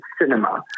cinema